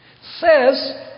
says